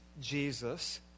Jesus